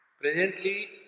Presently